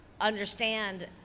understand